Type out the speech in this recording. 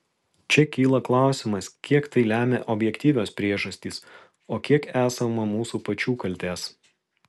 čia kyla klausimas kiek tai lemia objektyvios priežastys o kiek esama mūsų pačių kaltės